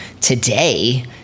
today